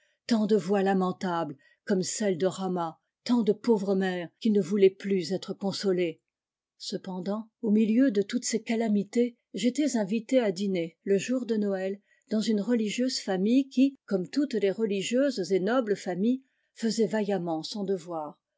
tant de voix lamentables comme celles de rama tant de pauvres mères qui ne voulaient plus être consolées cependant au milieu de toutes ces calamités j'étais invité à dîner le jour de noël dans une religieuse famille qui comme toutes les religieuses et nobles familles faisait vaillamment son devoir